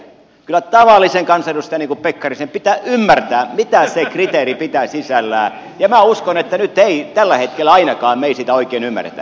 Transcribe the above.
kyllä tavallisen kansanedustajan niin kuin pekkarisen pitää ymmärtää mitä se kriteeri pitää sisällään ja minä uskon että nyt tällä hetkellä me emme ainakaan sitä oikein ymmärrä